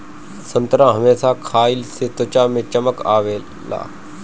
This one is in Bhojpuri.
संतरा हमेशा खइला से त्वचा में चमक आवेला